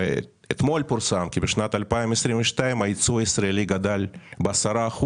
אתמול פורסם כי בשנת 2022 הייצוא הישראלי גדל ב-10%